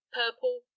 purple